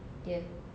dear